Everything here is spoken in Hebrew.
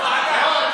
לא, ממש לא.